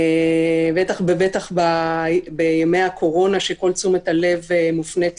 בטח ובטח בימי הקורונה כשכל תשומת הלב מופנית